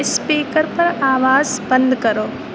speaker پر آواز بند کرو